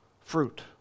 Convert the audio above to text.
fruit